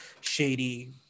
shady